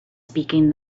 speaking